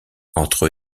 entre